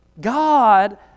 God